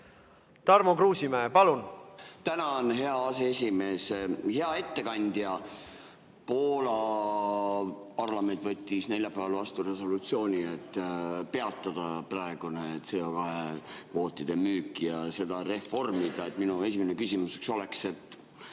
Tarmo Kruusimäe, palun! Tänan, hea aseesimees! Hea ettekandja! Poola parlament võttis neljapäeval vastu resolutsiooni, et peatada praegune CO2kvootide müük ja seda reformida. Minu esimene küsimus: kas ka